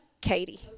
Katie